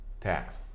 tax